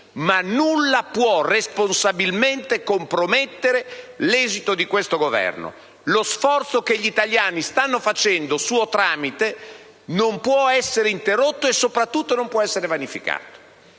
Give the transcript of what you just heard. e che possa responsabilmente compromettere l'esito di questo Governo. Lo sforzo che gli italiani stanno facendo suo tramite non può essere interrotto e, soprattutto, non può essere vanificato.